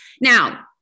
Now